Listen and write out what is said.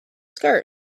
skirt